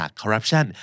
corruption